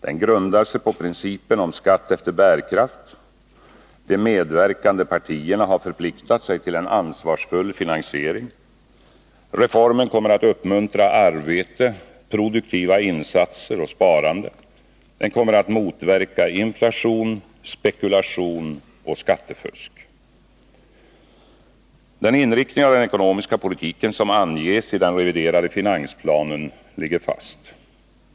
Den grundar sig på principen om skatt efter bärkraft. De medverkande partierna har förpliktigat sig till en ansvarsfull finansiering. Reformen kommer att uppmuntra arbete, produktiva insatser och sparande. Den kommer att motverka inflation, spekulation och skattefusk. Den inriktning av den ekonomiska politiken som anges i den reviderade finansplanen ligger fast.